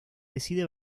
decide